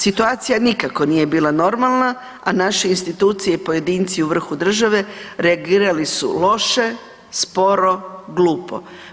Situacija nikako nije bila normalna, a naše institucije i pojedinci u vrhu države reagirali su loše, sporo, glupo.